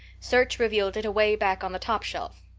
search revealed it away back on the top shelf.